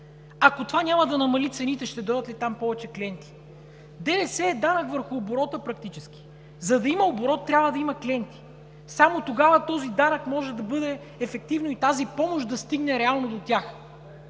Ако това няма да намали цените, ще дойдат ли там повече клиенти? ДДС практически е данък върху оборота. За да има оборот, трябва да има клиенти, само тогава този данък може да бъде ефективен и тази помощ да стигне реално до тях.